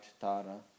Tara